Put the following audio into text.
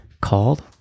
called